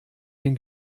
den